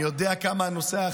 זה לא הגיוני.